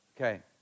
okay